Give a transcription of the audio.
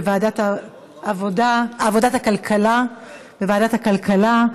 לוועדת הכלכלה נתקבלה.